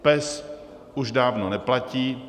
PES už dávno neplatí.